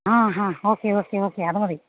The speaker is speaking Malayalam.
ആ ഹാ ഓക്കെ ഓക്കെ ഓക്കെ അതു മതി